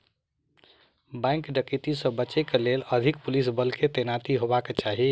bank डकैती से बचय के लेल अधिक पुलिस बल के तैनाती हेबाक चाही